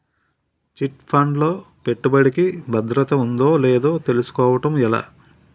Chit fund లో పెట్టుబడికి భద్రత ఉందో లేదో తెలుసుకోవటం ఎలా?